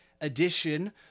edition